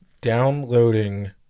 downloading